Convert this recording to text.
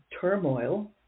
turmoil